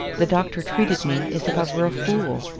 the doctor treated me as if i were a fool.